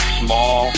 small